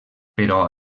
però